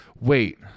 wait